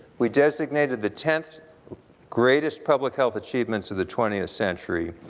we designated the tenth greatest public health achievements of the twentieth century,